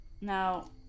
Now